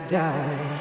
die